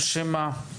או שמא לא?